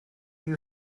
you